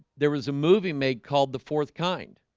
there was a movie made called the fourth kind